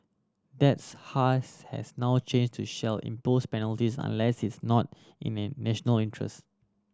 that's hash has now changed to shall impose penalties unless it's not in the national interest